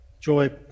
joy